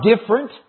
different